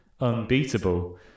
unbeatable